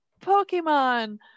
pokemon